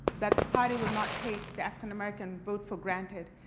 that the party will not take the african american vote for granted.